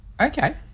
Okay